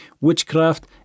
witchcraft